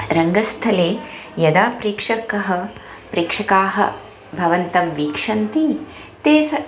रङ्गस्थले यदा प्रेक्षकः प्रेक्षकाः भवन्तं वीक्षन्ति ते स